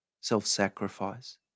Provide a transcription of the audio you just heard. self-sacrifice